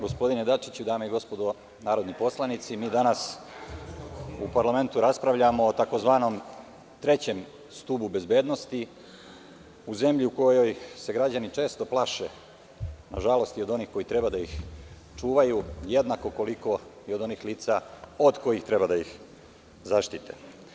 Gospodine Dačiću, dame i gospodo narodni poslanici, danas u parlamentu raspravljamo o tzv. trećem stubu bezbednosti u zemlji u kojoj se građani često plaše nažalost, i od onih koji treba da ih čuvaju jednako koliko i od onih lica od kojih treba da ih zaštite.